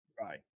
Right